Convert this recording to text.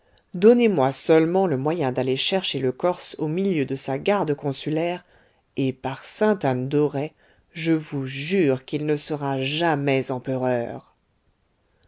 donnez-moi seulement le moyen d'aller chercher le corse au milieu de sa garde consulaire et par sainte anne d'auray je vous jure qu'il ne sera jamais empereur